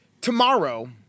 tomorrow